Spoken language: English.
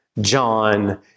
John